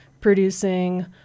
producing